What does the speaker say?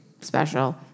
special